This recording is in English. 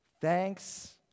Thanks